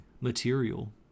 material